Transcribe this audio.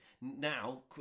now